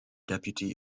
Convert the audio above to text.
deputy